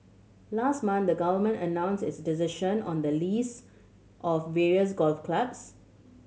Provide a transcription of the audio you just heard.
last month the Government announced its decision on the lease of various golf clubs